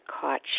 Caught